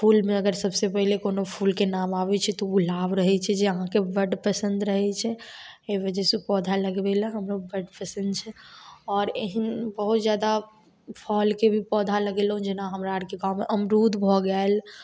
फूलमे अगर सबसँ पहिले कोनो फूलके नाम आबय छै तऽ उ गुलाब रहय छै जे अहाँके बड्ड पसन्द रहय छै एहि वजहसँ पौधा लगबे लए हमरो बड्ड पसन्द छै आओर एहन बहुत जादा फलके भी पौधा लगेलहुँ जेना हमरा आरके गाँवमे अमरुद भए गेल